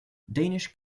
danish